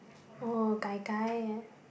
oh gai-gai